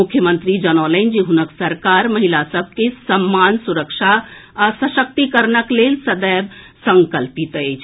मुख्यमंत्री जनौलनि जे हुनक सरकार महिला सभ के सम्मान सुरक्षा आ सशक्तिकरणक लेल सदैव संकल्पित अछि